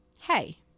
hey